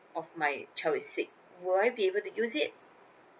of child is sick would I be able to use it